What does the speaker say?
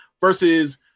versus